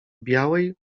białej